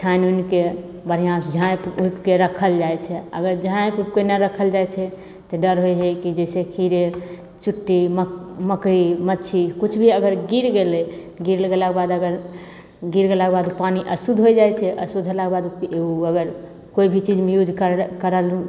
छानि ओनिके बढ़िआँ से झापि ओपिके रखल जाइत छै अगर झापि ओपिके नहि रखल जाइत छै तऽ डर भी होइ की जैसे कीड़े चुट्टी मक मकड़ी मच्छी किछु भी अगर गिर गेलै गिर गेलाके बाद गिर गेलाके बाद पानि अशुद्ध हो जाइत छै अशुद्ध होलाके बाद अगर कोइ भी चीजमे यूज करल करल